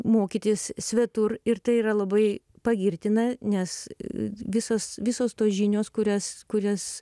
mokytis svetur ir tai yra labai pagirtina nes visos visos tos žinios kurias kurias